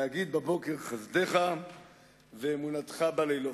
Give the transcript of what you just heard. להגיד בבוקר חסדך ואמונתך בלילות".